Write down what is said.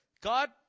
God